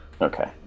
okay